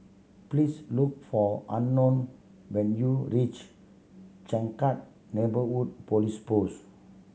please look for Unknown when you reach Changkat Neighbourhood Police Post